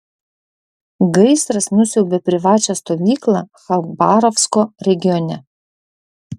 gaisras nusiaubė privačią stovyklą chabarovsko regione